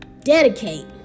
Dedicate